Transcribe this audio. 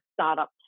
startup